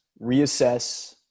reassess